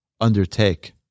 undertake